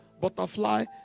butterfly